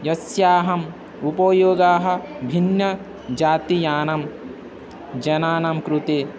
यस्याहम् उपयोगः भिन्नजातीयानां जनानां कृते